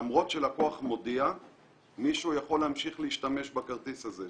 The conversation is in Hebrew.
למרות שלקוח מודיע מישהו יכול להמשיך להשתמש בכרטיס הזה,